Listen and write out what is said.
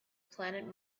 planet